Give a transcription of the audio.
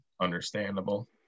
understandable